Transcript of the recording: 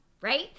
right